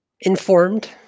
informed